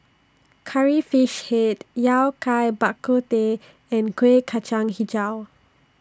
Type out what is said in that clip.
Curry Fish Head Yao Kai Bak Kut Teh and Kuih Kacang Hijau